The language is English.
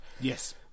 yes